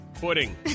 Pudding